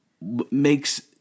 makes